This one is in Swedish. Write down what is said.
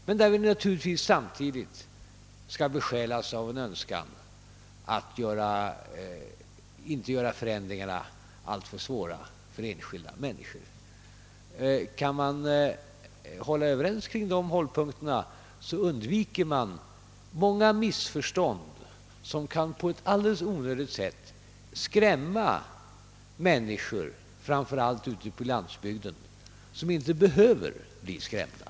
Men vi är naturligtvis även överens om att vi skall besjälas av en önskan att se till att dessa förändringar inte medför alltför stora svårigheter för enskilda människor. Kan man vara överens kring de håll punkterna undviker man många missförstånd, som alldeles i onödan skulle kunna medföra att man skrämmer människor, framför allt dem som bor på landsbygden.